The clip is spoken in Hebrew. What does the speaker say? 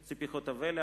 ציפי חוטובלי,